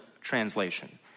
translation